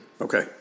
Okay